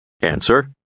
Answer